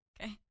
Okay